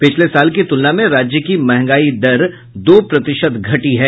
पिछले साल की तुलना में राज्य की महंगाई दर दो प्रतिशत घटी है